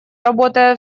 работая